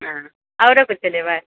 आओरो किछु लेबै